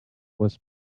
was